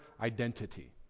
identity